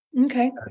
Okay